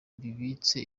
bibitse